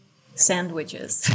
Sandwiches